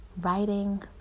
writing